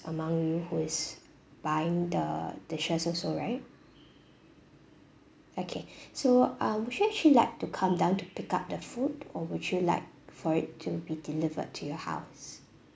among you who is buying the dishes also right okay so uh would you actually like to come down to pick up the food or would you like for it to be delivered to your house